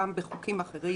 גם בחוקים אחרים,